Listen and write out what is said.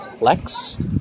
Lex